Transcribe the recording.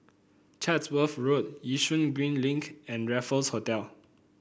Chatsworth Road Yishun Green Link and Raffles Hotel